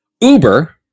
Uber